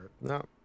no